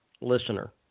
listener